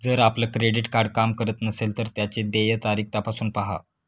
जर आपलं credit card काम करत नसेल तर त्याची देय तारीख तपासून पाहा